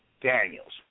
Daniels